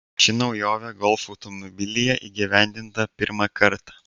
ši naujovė golf automobilyje įgyvendinta pirmą kartą